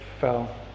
fell